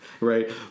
Right